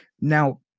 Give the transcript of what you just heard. now